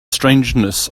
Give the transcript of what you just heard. strangeness